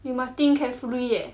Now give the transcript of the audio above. you must think carefully eh